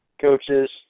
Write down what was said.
coaches